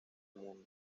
mundo